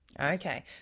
Okay